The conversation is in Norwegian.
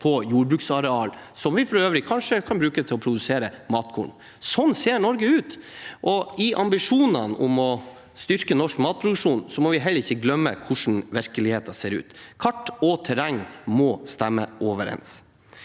på jordbruksareal, som vi for øvrig kanskje kan bruke til å produsere matkorn. Sånn ser Norge ut. I ambisjonene om å styrke norsk matproduksjon må vi ikke glemme hvordan virkeligheten ser ut. Kart og terreng må stemme overens.